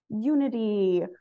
unity